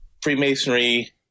Freemasonry